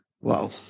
Wow